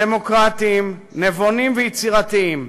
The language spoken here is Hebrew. דמוקרטיים, נבונים ויצירתיים,